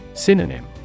Synonym